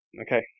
Okay